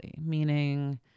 meaning